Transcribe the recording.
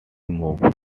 moved